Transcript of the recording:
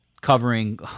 covering